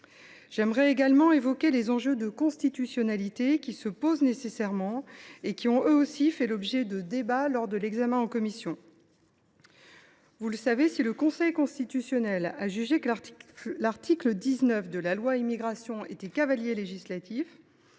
Je souhaite également évoquer les enjeux de constitutionnalité qui se posent nécessairement et qui, eux aussi, ont fait l’objet de débats lors de l’examen en commission. Vous le savez, si le Conseil constitutionnel a jugé que l’article 19 de la loi du 26 janvier 2024